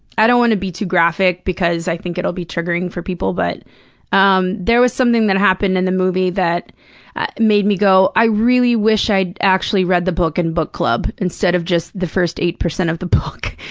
i don't wanna be too graphic because i think it'll be triggering for people, but um there was something that happened in the movie that made me go i really wish i'd actually read the book in book club, instead of just the first eight percent of the book,